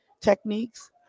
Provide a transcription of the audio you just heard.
techniques